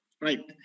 Right